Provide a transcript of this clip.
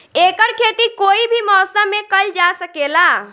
एकर खेती कोई भी मौसम मे कइल जा सके ला